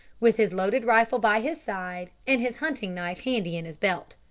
with his loaded rifle by his side and his hunting-knife handy in his belt.